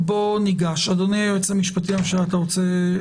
אדוני היועץ המשפטי לוועדה, בבקשה.